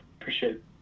appreciate